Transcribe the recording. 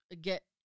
get